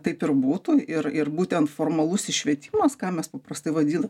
taip ir būtų ir ir būtent formalusis švietimas ką mes paprastai vadinam